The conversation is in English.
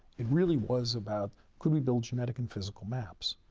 it really was about could we build genetic and physical maps?